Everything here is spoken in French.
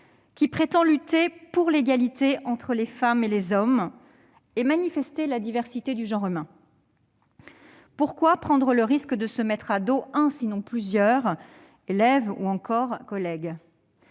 qui prétend lutter pour l'égalité entre les femmes et les hommes et manifester la diversité du genre humain ? Pourquoi prendre le risque de se mettre à dos un, sinon plusieurs, élève ou collègue ?